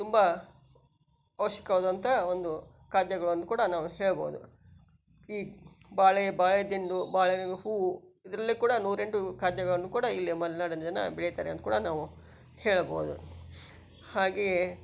ತುಂಬ ಅವಶ್ಯಕವಾದಂಥ ಒಂದು ಖಾದ್ಯಗಳಂದು ಕೂಡ ನಾವು ಹೇಳಬಹುದು ಈ ಬಾಳೆ ಬಾಳೆ ದಿಂಡು ಬಾಳೆ ಹೂವು ಇದರಲ್ಲೆ ಕೂಡ ನೂರೆಂಟು ಖಾದ್ಯಗಳನ್ನೂ ಕೂಡ ಇಲ್ಲಿ ಮಲೆನಾಡಿನ ಜನ ಬೆಳೀತಾರೆ ಅಂದು ಕೂಡ ನಾವು ಹೇಳಬಹುದು ಹಾಗೇ